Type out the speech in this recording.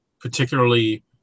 particularly